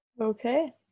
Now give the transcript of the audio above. Okay